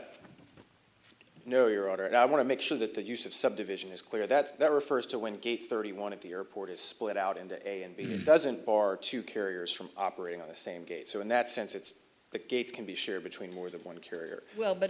gate no your honor i want to make sure that the use of subdivision is clear that that refers to when gate thirty one of the airport is split out into a and b doesn't bar two carriers from operating on the same gate so in that sense it's the gates can be shared between more than one carrier well but